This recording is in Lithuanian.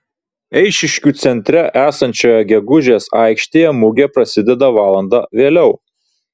eišiškių centre esančioje gegužės aikštėje mugė prasideda valanda vėliau